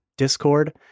discord